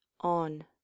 On